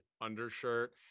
undershirt